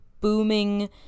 booming